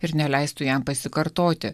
ir neleistų jam pasikartoti